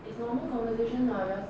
it's long conversation lah